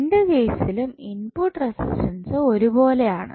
രണ്ട് കേസിലും input resistance ഒരുപോലെയാണ്